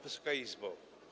Wysoka Izbo!